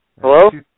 Hello